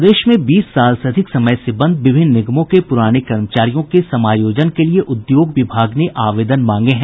प्रदेश में बीस साल से अधिक समय से बंद विभिन्न निगमों के पूराने कर्मचारियों के समायोजन के लिए उद्योग विभाग ने आवेदन मांगे हैं